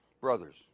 Brothers